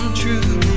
true